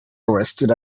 arrested